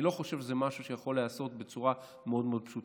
אני לא חושב שזה משהו שיכול להיעשות בצורה מאוד מאוד פשוטה.